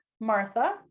Martha